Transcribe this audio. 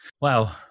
wow